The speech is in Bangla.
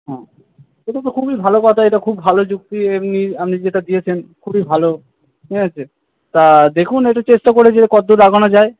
হুম এটাতো খুবই ভালো কথা এটা খুব ভালো যুক্তি এমনি আপনি যেটা দিয়েছেন খুবই ভালো ঠিক আছে তা দেখুন একটু চেষ্টা করে যে কতদূর আগানো যায়